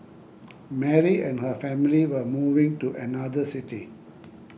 Mary and her family were moving to another city